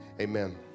amen